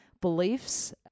beliefs